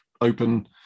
open